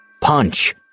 Punch